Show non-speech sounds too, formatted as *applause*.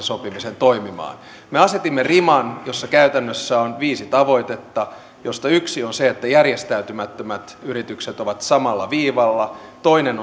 *unintelligible* sopimisen toimimaan me asetimme riman jossa käytännössä on viisi tavoitetta joista yksi on se että järjestäytymättömät yritykset ovat samalla viivalla toinen *unintelligible*